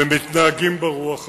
ומתנהגים ברוח הזאת.